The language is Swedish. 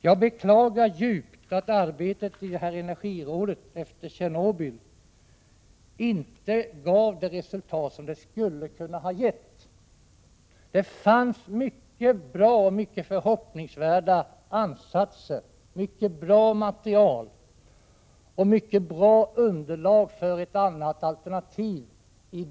Jag beklagar djupt att arbetet i energirådet efter Tjernobyl inte gav det resultat som skulle ha varit möjligt. Det gjordes många bra och förhoppningsfulla insatser. Det fanns ett bra material och ett mycket bra underlag för ett annat alternativ.